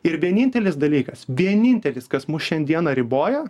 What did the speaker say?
ir vienintelis dalykas vienintelis kas mus šiandieną riboja